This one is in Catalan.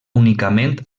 únicament